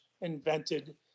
invented